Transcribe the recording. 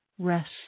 Rest